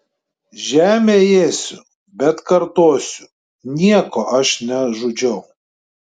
žemę ėsiu bet kartosiu nieko aš nežudžiau